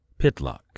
Pitlock